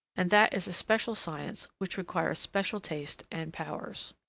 and that is a special science which requires special taste and powers.